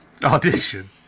Audition